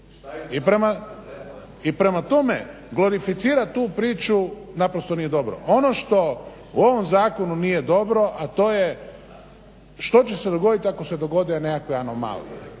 I prema tome glorificirati tu priču naprosto nije dobro. Ono što u ovom zakonu nije dobro, a to je što će se dogoditi ako se dogode nekakve anomalije,